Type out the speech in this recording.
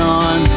on